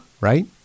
right